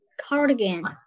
Cardigan